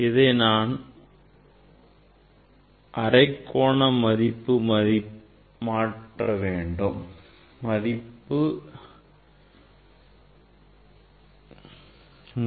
இதை நான் அரைக்கோண மதிப்பாக மாற்ற என்ன செய்ய வேண்டும்